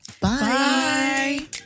bye